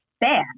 bad